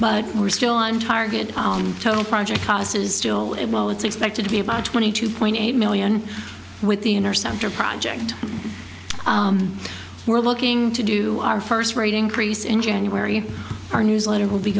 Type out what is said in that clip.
but we're still on target tony project costs is still it well it's expected to be about twenty two point eight million with the interceptor project we're looking to do our first rate increase in january our newsletter will be